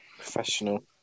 professional